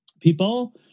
People